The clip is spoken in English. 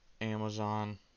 Amazon